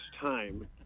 time